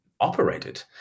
operated